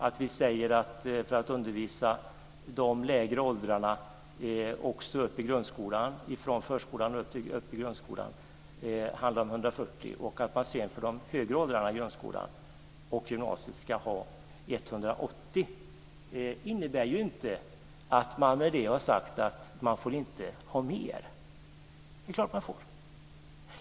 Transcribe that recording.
Att vi säger att det för att undervisa de lägre åldrarna, från förskolan och upp i grundskolan, handlar om 140 poäng och att man för de högre åldrarna i grundskolan och i gymnasiet ska ha 180 poäng innebär inte att man inte får ha mer. Det är klart att man får.